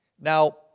Now